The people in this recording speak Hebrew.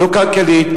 לא כלכלי,